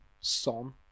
Son